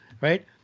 right